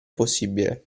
possibile